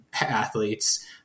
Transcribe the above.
athletes